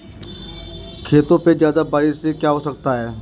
खेतों पे ज्यादा बारिश से क्या हो सकता है?